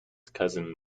cousin